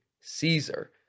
Caesar